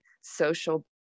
social